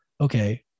okay